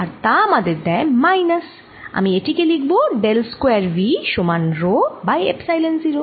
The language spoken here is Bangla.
আর তা আমায় দেয় মাইনাস আমি এটি কে লিখব ডেল স্কয়ার V সমান রো বাই এপ্সাইলন 0